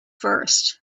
first